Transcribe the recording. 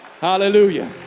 hallelujah